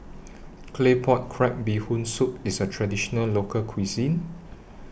Claypot Crab Bee Hoon Soup IS A Traditional Local Cuisine